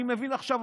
אני מבין עכשיו,